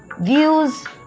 views